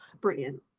Brilliant